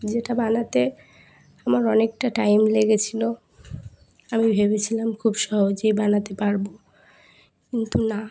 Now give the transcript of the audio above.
যেটা বানাতে আমার অনেকটা টাইম লেগেছিলো আমি ভেবেছিলাম খুব সহজেই বানাতে পারবো কিন্তু না